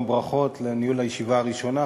גם ברכות על ניהול הישיבה הראשונה.